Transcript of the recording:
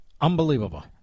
Unbelievable